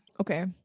Okay